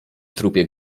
trupie